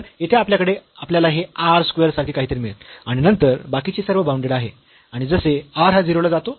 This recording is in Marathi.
तर येथे आपल्याकडे आपल्याला हे r स्क्वेअर सारखे काहीतरी मिळेल आणि नंतर बाकीचे सर्व बाऊंडेड आहे आणि जसे r हा 0 ला जातो